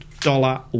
dollar